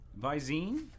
Visine